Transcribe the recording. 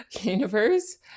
universe